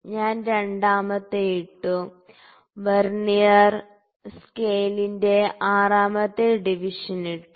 ഞാൻ രണ്ടാമത്തെ ഇട്ടു വെർനിയർ സ്കെയിലിന്റെ ആറാമത്തെ ഡിവിഷൻ ഇട്ടു